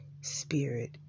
spirit